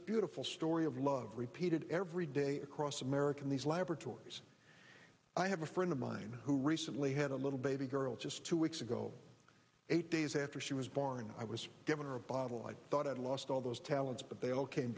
beautiful story of love repeated every day across america in these laboratories i have a friend of mine who recently had a little baby girl just two weeks ago eight days after she was born i was given a bottle i thought i'd lost all those talents but they all came